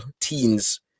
teens